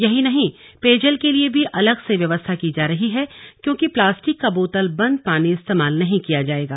यही नहीं पेयजल के लिए भी अलग से व्यवस्था की जा रही है क्योंकि प्लास्टिक का बोतल बंद पानी इस्तेमाल नहीं किया जाएगा